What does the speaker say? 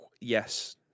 yes